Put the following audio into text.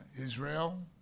Israel